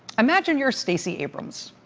imagine you're stacey abrams.